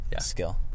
skill